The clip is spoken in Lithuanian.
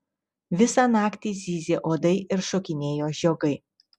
visą naktį zyzė uodai ir šokinėjo žiogai